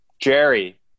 Jerry